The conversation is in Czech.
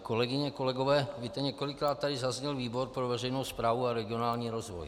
Kolegyně, kolegové, několikrát tady zazněl výbor pro veřejnou správu a regionální rozvoj.